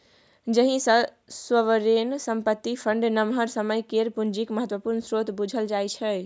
जाहि सँ सोवरेन संपत्ति फंड नमहर समय केर पुंजीक महत्वपूर्ण स्रोत बुझल जाइ छै